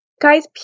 Guys